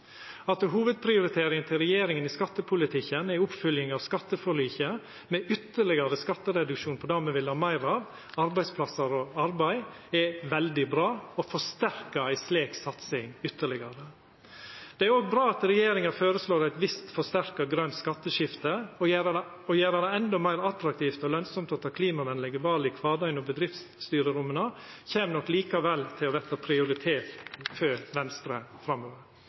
At hovudprioriteringa til regjeringa i skattepolitikken er oppfølging av skatteforliket – med ytterlegare skattereduksjon på det me vil ha meir av, arbeidsplassar og arbeid – er veldig bra og forsterkar ei slik satsing ytterlegare. Det er òg bra at regjeringa føreslår eit visst forsterka grønt skatteskifte. Å gjera det endå meir attraktivt og lønsamt å ta klimavenlege val i kvardagen og bedriftsstyreromma, kjem nok likevel til å verta prioritert for Venstre framover.